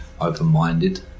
open-minded